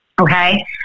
okay